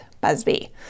Busby